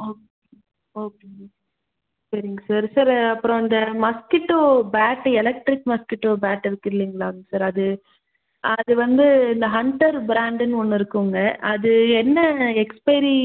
okay okay சரிங்க sir sir அப்புறம் இந்த mosquito bat electric mosquito bat இருக்குதுல்லிங்களாங்க சார் அது அது வந்து இந்த ஹண்ட்டர் பிராண்டுனு ஒன்று இருக்குதுங்க அது என்ன எக்ஸ்பைரி